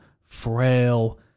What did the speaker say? frail